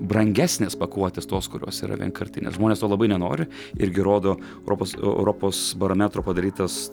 brangesnės pakuotės tos kurios yra vienkartinės žmonės to abai nenori irgi rodo europos europos barometro padarytas